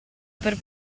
per